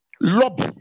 Lobby